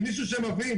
עם מישהו שמבין,